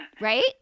Right